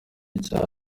ica